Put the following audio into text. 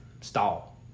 stall